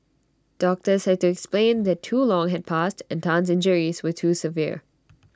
doctors had to explain that too long had passed and Tan's injuries were too severe